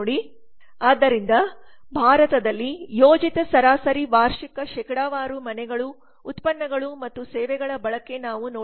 ಆದ್ದರಿಂದ ಭಾರತದಲ್ಲಿ ಯೋಜಿತ ಸರಾಸರಿ ವಾರ್ಷಿಕ ಶೇಕಡಾವಾರು ಮನೆಗಳು ಉತ್ಪನ್ನಗಳು ಮತ್ತು ಸೇವೆಗಳ ಬಳಕೆ ನಾವು ನೋಡುತ್ತೇವೆ